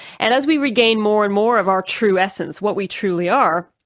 and as we regain more and more of our true essence, what we truly are,